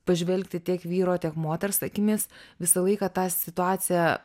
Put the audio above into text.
pažvelgti tiek vyro tiek moters akimis visą laiką tą situaciją